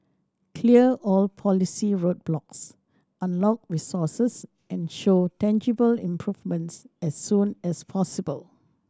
clear all policy roadblocks unlock resources and show tangible improvements as soon as possible